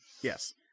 Yes